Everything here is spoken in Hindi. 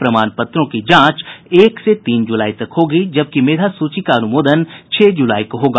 प्रमाण पत्रों की जांच एक से तीन जुलाई तक होगी जबकि मेधा सूची का अनुमोदन छह जुलाई को होगा